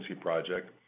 project